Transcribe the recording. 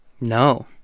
No